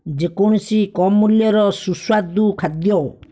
ଯେକୌଣସି କମ୍ ମୂଲ୍ୟର ସୁସ୍ୱାଦୁ ଖାଦ୍ୟ